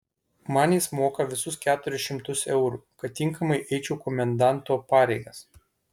man jis moka visus keturis šimtus eurų kad tinkamai eičiau komendanto pareigas